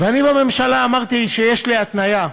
ואני בממשלה אמרתי שיש לי התניה,